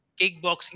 kickboxing